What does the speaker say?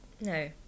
no